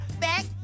back